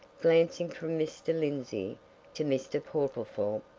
glancing from mr. lindsey to mr. portlethorpe,